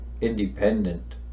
independent